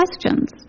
questions